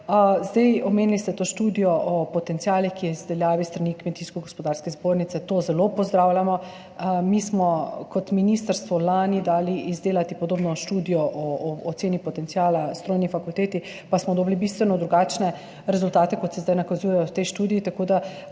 Omenili ste to študijo o potencialih, ki je v izdelavi s strani Kmetijsko gozdarske zbornice. To zelo pozdravljamo. Mi smo kot ministrstvo lani dali izdelati podobno študijo o oceni potenciala strojni fakulteti, pa smo dobili bistveno drugačne rezultate, kot se zdaj nakazujejo v tej študiji, tako da